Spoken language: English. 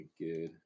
good